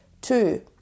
Two